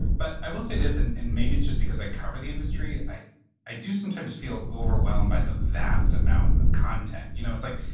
but i will say this, and and maybe it's just because i cover the industry. i i do sometimes feel overwhelmed by the vast amount of content. you know, it's, like,